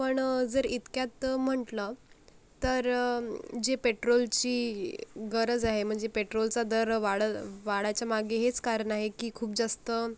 पण जर इतक्यात म्हटलं तर जे पेट्रोलची गरज आहे म्हणजे पेट्रोलचा दर वाढत वाढायच्या मागे हेच कारण आहे की खूप जास्त